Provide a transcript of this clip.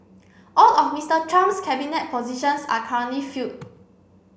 all of Mister Trump's cabinet positions are currently filled